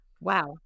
Wow